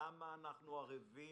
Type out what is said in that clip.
למה אנחנו ערבים